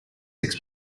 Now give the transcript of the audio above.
six